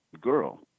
girl